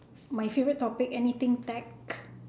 my favourite topic anything tech